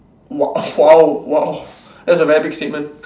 !wow! !wow! !wow! that's a very big statement